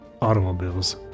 automobiles